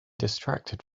distracted